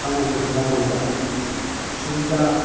खामानिखौ मावोबा सुबिदा